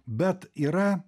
bet yra